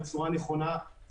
בצורה נכונה,